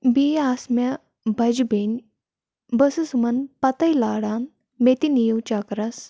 بیٚیہِ آسہٕ مےٚ بَجہِ بیٚنہِ بہٕ ٲسٕس مَن پَتَے لاران مےٚ تہِ نِیو چَکرَس